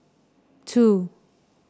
two